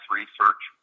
research